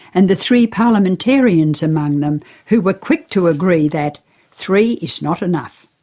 and the three parliamentarians among them who were quick to agree that three is not enough.